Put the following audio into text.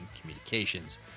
communications